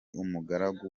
umugaragu